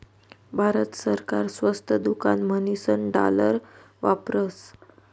भारत सरकार स्वस्त दुकान म्हणीसन डालर वापरस